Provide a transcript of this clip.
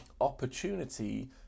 opportunity